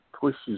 pushes